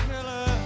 killer